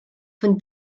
von